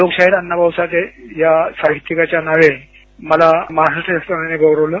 लोकशाहीर अण्णाभाउ साठे या साहित्यिकाच्या नावे महाराष्ट्र शासनान मला गौरवलं